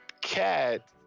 Cat